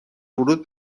ورود